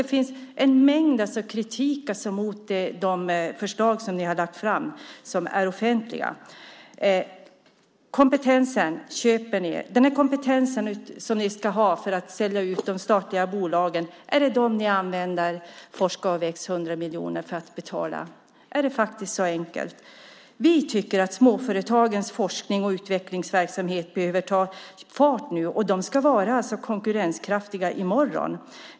Det finns alltså mycket kritik mot de förslag som ni har lagt fram och som är offentliga. Kompetensen köper ni er. Använder ni de 100 miljoner som gick till Forska och väx för att betala kompetensen som ni ska ha för att sälja ut de statliga bolagen? Är det så enkelt? Vi tycker att småföretagens forskning och utvecklingsverksamhet behöver ta fart. De ska vara konkurrenskraftiga i morgon.